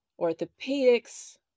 orthopedics